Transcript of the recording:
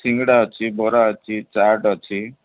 ସିଙ୍ଗଡ଼ା ଅଛି ବରା ଅଛି ଚାଟ୍ ଅଛି